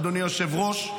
אדוני היושב-ראש,